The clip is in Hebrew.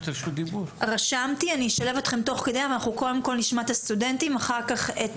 אנחנו קודם כל נשמע את הסטודנטים, אחר כך את